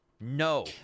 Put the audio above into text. No